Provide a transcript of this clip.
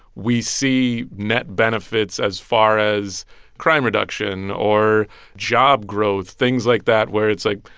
we see net benefits as far as crime reduction or job growth things like that where it's like,